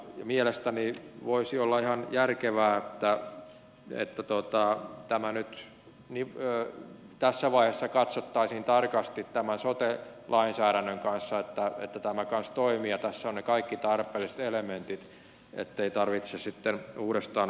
mielestäni voisi olla ihan järkevää että tämä nyt tässä vaiheessa katsottaisiin tarkasti tämän sote lainsäädännön kanssa että tämä kanssa toimii ja tässä on ne kaikki tarpeelliset elementit ettei tarvitse sitten uudestaan veivata